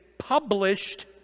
published